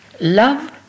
Love